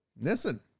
Listen